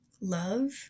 love